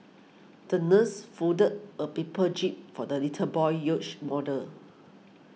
the nurse folded a paper jib for the little boy's yacht model